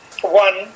One